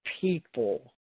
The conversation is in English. people